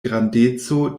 grandeco